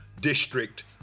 district